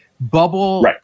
bubble